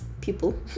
people